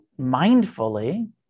mindfully